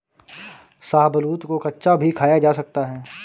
शाहबलूत को कच्चा भी खाया जा सकता है